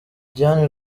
diane